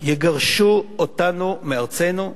יגרשו אותנו מארצנו?